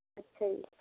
ਅੱਛਾ ਜੀ